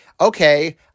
okay